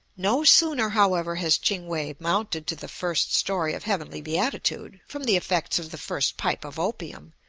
no sooner, however, has ching-we mounted to the first story of heavenly beatitude from the effects of the first pipe of opium,